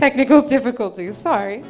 technical difficulties sorry